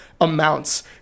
amounts